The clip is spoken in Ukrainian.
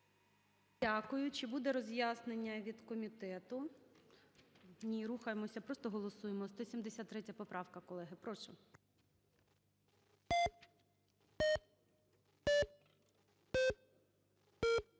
Дякую. Чи буде роз'яснення від комітету? Ні. Рухаємося. Просто голосуємо. 173-я поправка, колеги. Прошу.